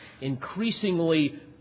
increasingly